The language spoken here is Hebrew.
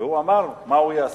והוא אמר מה הוא יעשה.